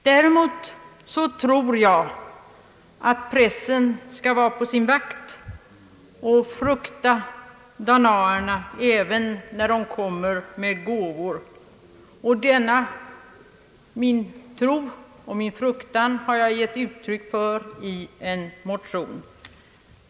Däremot tror jag att pressen skall vara på sin vakt och »frukta danaerna även när de kommer med gåvor». Denna min tro och min fruktan har jag givit uttryck för i en motion.